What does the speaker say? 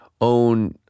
own